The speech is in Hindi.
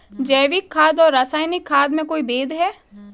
जैविक खाद और रासायनिक खाद में कोई भेद है?